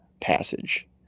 passage